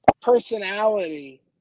personality